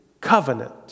covenant